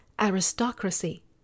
aristocracy